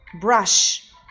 brush